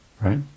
right